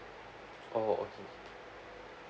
oh okay